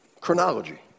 chronology